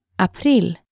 April